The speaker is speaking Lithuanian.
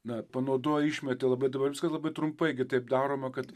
na panaudoji išmetė labai dabar labai trumpai gi taip daroma kad